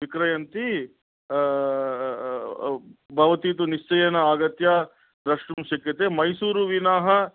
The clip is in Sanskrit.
विक्रयन्ति भवती तु निश्चयेन आगत्य द्रष्टुं शक्यते मैसूरुवीणाः